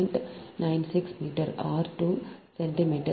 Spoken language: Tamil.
96 மீட்டர் ஆர் 2 சென்டிமீட்டர் அதாவது 0